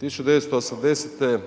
1980.